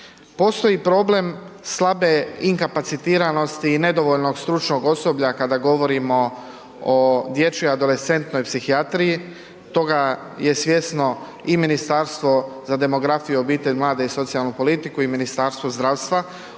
Postoji problem slabe inkapacitiranosti i nedovoljnog stručnog osoblja kada govorimo o dječjoj adolescentnoj psihijatriji. Toga je svjesno i Ministarstvo za demografiju, obitelj, mlade i socijalnu politiku i Ministarstvo zdravstva.